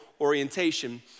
orientation